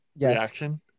reaction